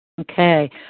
Okay